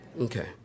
Okay